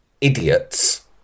idiots